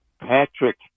Patrick